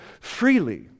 freely